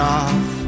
off